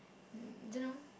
mm don't know